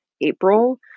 April